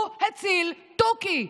הוא הציל תוכי,